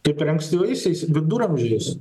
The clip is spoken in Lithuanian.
kaip ir ankstyvaisiais viduramžiais